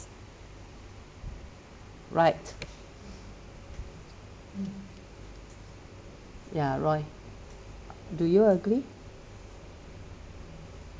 right ya roy do you agree